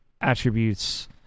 attributes